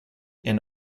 and